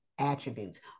attributes